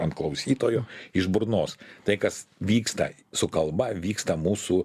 ant klausytojo iš burnos tai kas vyksta su kalba vyksta mūsų